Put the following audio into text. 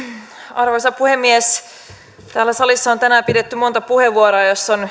arvoisa puhemies täällä salissa on tänään pidetty monta puheenvuoroa joissa on